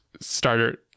starter